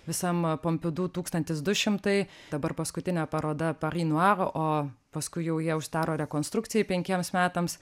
visam pompidu tūkstantis du šimtai dabar paskutinė paroda pari nuar o paskui jau jie užsidaro rekonstrukcijai penkiems metams